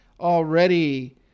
already